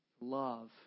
love